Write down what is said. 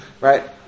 right